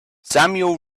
samuel